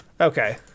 Okay